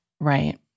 Right